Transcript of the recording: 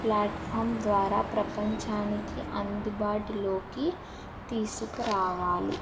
platform ద్వారా ప్రపంచానికి అందుబాటులోకి తీసుకురావాలి